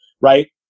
right